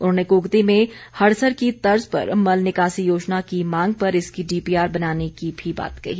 उन्होंने कुगती में हड़सर की तर्ज पर मल निकासी योजना की मांग पर इसकी डीपीआर बनाने की भी बात कही